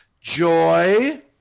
joy